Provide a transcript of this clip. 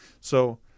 So-